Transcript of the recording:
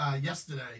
yesterday